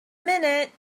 minute